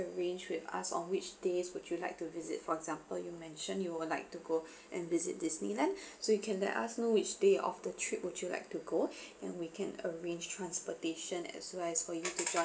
arrange with us on which days would you like to visit for example you mention you would like to go and visit disneyland so you can let us know which day of the trip would you like to go and we can arrange transportation as well as for you to join